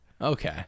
Okay